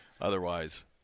Otherwise